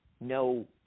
no